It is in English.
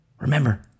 Remember